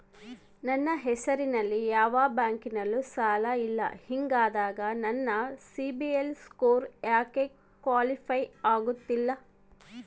ನನ್ನ ಹೆಸರಲ್ಲಿ ಯಾವ ಬ್ಯಾಂಕಿನಲ್ಲೂ ಸಾಲ ಇಲ್ಲ ಹಿಂಗಿದ್ದಾಗ ನನ್ನ ಸಿಬಿಲ್ ಸ್ಕೋರ್ ಯಾಕೆ ಕ್ವಾಲಿಫೈ ಆಗುತ್ತಿಲ್ಲ?